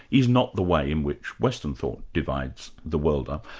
is not the way in which western thought divides the world up.